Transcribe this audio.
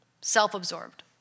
Self-absorbed